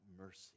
mercy